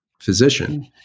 physician